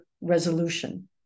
resolution